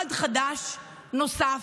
צעד חדש, נוסף,